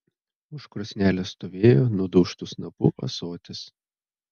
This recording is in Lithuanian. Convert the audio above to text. už krosnelės stovėjo nudaužtu snapu ąsotis